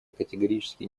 категорически